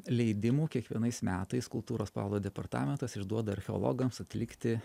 leidimų kiekvienais metais kultūros paveldo departamentas išduoda archeologams atlikti